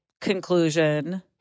conclusion